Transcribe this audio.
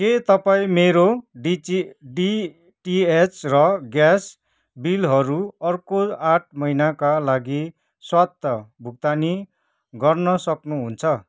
के तपाईँ मेरो डिचि डिटिएच र ग्यास बिलहरू अर्को आठ महिनाका लागि स्वतः भुक्तानी गर्न सक्नुहुन्छ